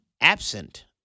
absent